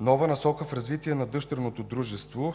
Нова насока в развитие на дъщерното дружество